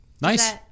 Nice